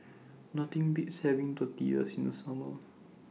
Nothing Beats having Tortillas in The Summer